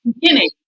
beginning